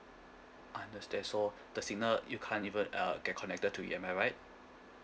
I understand so the signal you can't even uh get connected to it am I right